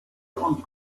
und